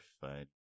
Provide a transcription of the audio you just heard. fine